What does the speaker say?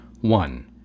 One